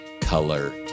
color